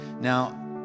Now